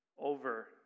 over